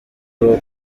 uwo